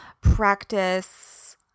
practice